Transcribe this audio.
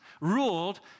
ruled